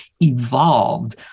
evolved